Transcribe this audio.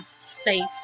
safe